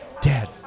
dad